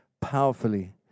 powerfully